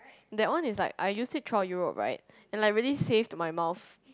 that one is like I used it through Europe right and I really safe to my mouth